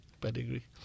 pedigree